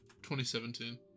2017